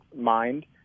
mind